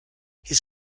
his